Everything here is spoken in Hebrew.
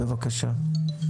בבקשה.